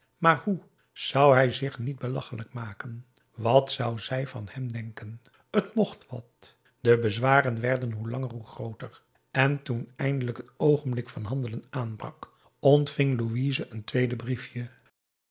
maar hoe zou hij zich niet belachelijk maken wat zou zij van hem denken t mocht wat de bezwaren werden hoe langer hoe grooter en toen eindelijk het oogenblik van handelen aanbrak ontving louise een tweede briefje